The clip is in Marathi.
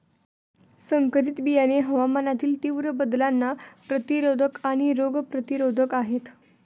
संकरित बियाणे हवामानातील तीव्र बदलांना प्रतिरोधक आणि रोग प्रतिरोधक आहेत